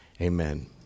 Amen